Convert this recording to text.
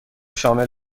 شامل